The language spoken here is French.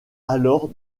alors